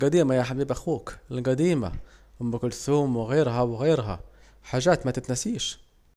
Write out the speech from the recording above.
الجديمة يا حبيب أخوك الجديمة، أم كلسوم وغيره وغيره، حاجات متتنسش